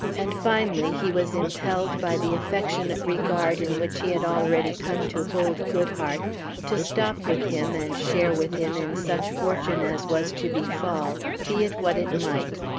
and finally, he was impelled by the affec tionate regard in which he had already come to hold goodhart to stop with him and share with him in such fortune as was to befall, be it what it might.